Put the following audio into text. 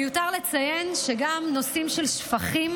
מיותר לציין שגם נושאים של שפכים,